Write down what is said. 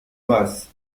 masse